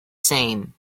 same